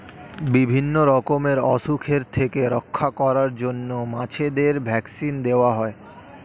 বিভিন্ন রকমের অসুখের থেকে রক্ষা করার জন্য মাছেদের ভ্যাক্সিন দেওয়া হয়